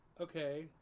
Okay